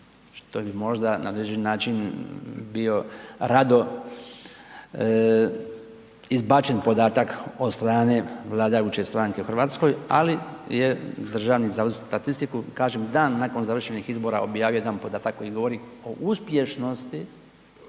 što bi možda na određeni način bio rado izbačen podatak od strane vladajuće stranke u Hrvatskoj ali je Državni zavod za statistiku kažem dan nakon završenih izbora objavio jedan podatak koji govori o uspješnosti